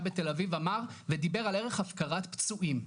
בתל אביב אמר ודיבר על ערך הפקרת צועים,